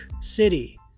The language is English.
City